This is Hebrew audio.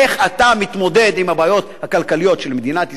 איך אתה מתמודד עם הבעיות הכלכליות של מדינת ישראל?